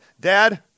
Dad